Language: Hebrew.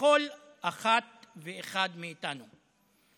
לכל אחת ואחד מאיתנו.